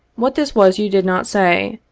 what this was you did not say,